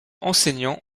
enseignant